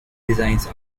designs